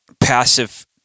passive